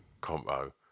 combo